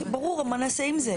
ברור, מה נעשה עם זה?